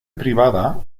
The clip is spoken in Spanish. privada